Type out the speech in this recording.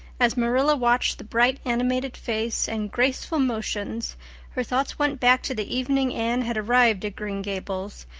as marilla watched the bright, animated face and graceful motions her thoughts went back to the evening anne had arrived at green gables,